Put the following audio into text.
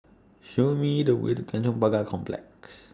Show Me The Way to Tanjong Pagar Complex